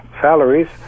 salaries